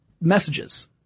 messages